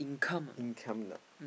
income now